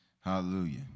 Hallelujah